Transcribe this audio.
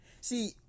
see